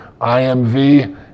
IMV